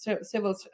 civil